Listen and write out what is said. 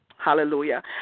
Hallelujah